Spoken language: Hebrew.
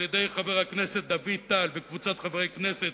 על-ידי חבר הכנסת דוד טל וקבוצת חברי הכנסת,